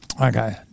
Okay